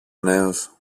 νέος